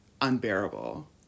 unbearable